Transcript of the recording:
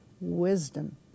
wisdom